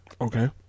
okay